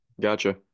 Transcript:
Gotcha